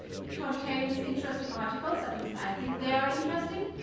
it contains interesting articles, at least i think they are interesting,